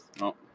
No